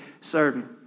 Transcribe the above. serving